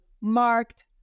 marked